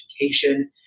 education